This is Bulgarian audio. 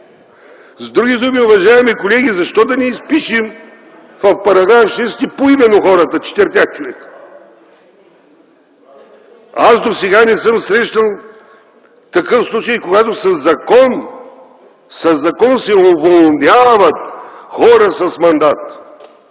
С други думи, уважаеми колеги, защо да не изпишем в § 6 поименно хората – четиримата човека?! Досега не съм срещал такъв случай, когато със закон се уволняват хора с мандат!